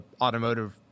automotive